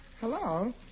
hello